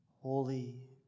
holy